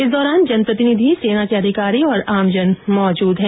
इस दौरान जनप्रतिनिधि सेना के अधिकारी और आमजन मौजूद रहे